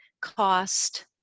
cost